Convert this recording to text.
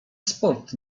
sport